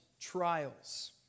trials